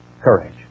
courage